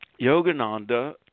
Yogananda